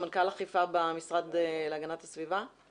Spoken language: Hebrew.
סמנכ"ל אכיפה במשרד להגנת הסביבה.